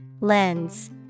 Lens